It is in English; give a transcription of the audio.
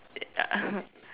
ya